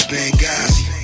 Benghazi